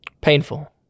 Painful